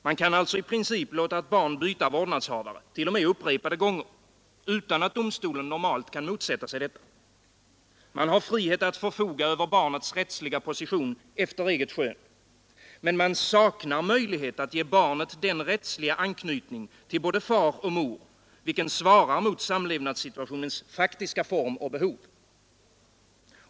Man kan alltså i princip låta ett barn byta vårdnadshavare, t.o.m. upprepade gånger, utan att domstolen normalt kan motsätta sig detta. Man har frihet att förfoga över barnets rättsliga position efter eget skön. Men man saknar möjlighet att ge barnet den rättsliga anknytning till både far och mor vilken svarar mot samlevnadssituationens faktiska form och behov.